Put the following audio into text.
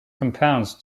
compounds